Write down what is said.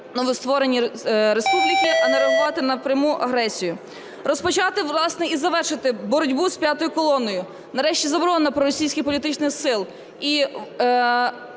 новостворені республіки, а не реагувати на пряму агресію. Розпочати, власне, і завершити боротьбу з "п'ятою колоною" – нарешті заборонення проросійських політичних сил.